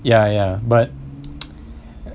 ya ya but